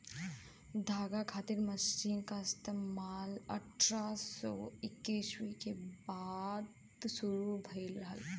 धागा खातिर मशीन क इस्तेमाल अट्ठारह सौ ईस्वी के बाद शुरू भयल रहल